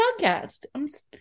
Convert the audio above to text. podcast